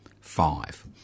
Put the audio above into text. Five